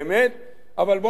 אבל בוא נסתפק בכך,